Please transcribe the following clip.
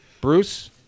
Bruce